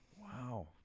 Wow